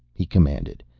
he commanded.